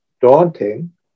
daunting